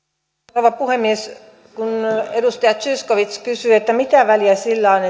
rouva puhemies kun edustaja zyskowicz kysyi mitä väliä sillä on